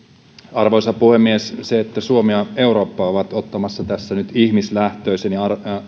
arvoisa puhemies se että suomi ja eurooppa ovat ottamassa tässä nyt ihmislähtöisen ja